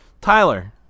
Tyler